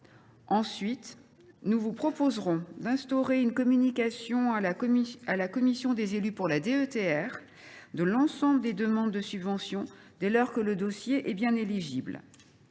Ensuite, nous vous proposerons d’instaurer une communication à la commission des élus pour la DETR de l’ensemble des demandes de subvention, dès lors que le dossier est bien éligible.